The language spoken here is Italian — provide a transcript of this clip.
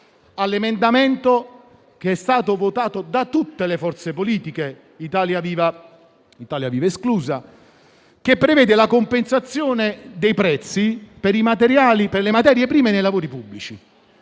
all'emendamento votato da tutte le forze politiche - Italia Viva esclusa - che prevede la compensazione dei prezzi per le materie prime nei lavori pubblici.